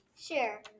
Sure